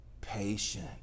patient